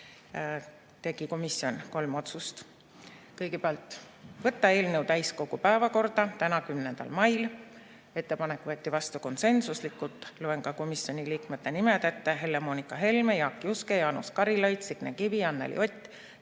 tegi komisjon kolm otsust. Kõigepealt, võtta eelnõu täiskogu päevakorda tänaseks, 10. maiks. Ettepanek võeti vastu konsensuslikult. Loen ka komisjoni liikmete nimed ette: Helle-Moonika Helme, Jaak Juske, Jaanus Karilaid, Signe Kivi, Anneli Ott,